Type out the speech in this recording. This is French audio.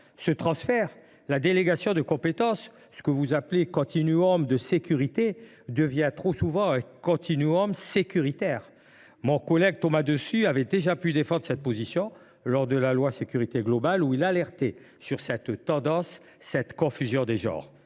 Ce transfert, cette délégation de compétences, ce que vous appelez le « continuum de sécurité », devient trop souvent un « continuum sécuritaire ». Mon collègue Thomas Dossus avait déjà défendu cette position lors de l’examen de la loi Sécurité globale. Il avait alerté sur cette tendance à la confusion des genres.